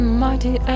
mighty